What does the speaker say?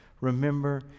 Remember